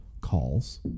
Calls